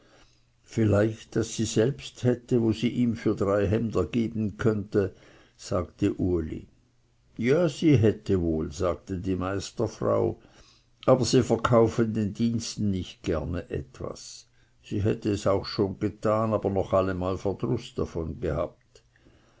vielleicht daß sie selbst hätte wo sie ihm für drei hemder geben könnte sagte uli ja sie hätte wohl sagte die meisterfrau aber sie verkaufe den diensten nicht gerne etwas sie hätte es auch schon getan aber noch allemal verdruß davon gehabt